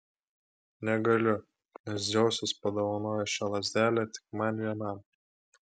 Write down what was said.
negaliu nes dzeusas padovanojo šią lazdelę tik man vienam